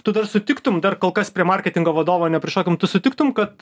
tu dar sutiktum dar kol kas prie marketingo vadovo neprišokim tu sutiktum kad